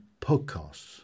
podcasts